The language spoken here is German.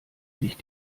sich